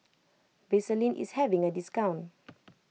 Vaselin is having a discount